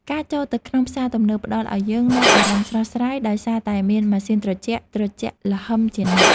ការចូលទៅក្នុងផ្សារទំនើបផ្តល់ឱ្យយើងនូវអារម្មណ៍ស្រស់ស្រាយដោយសារតែមានម៉ាស៊ីនត្រជាក់ត្រជាក់ល្ហឹមជានិច្ច។